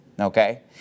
Okay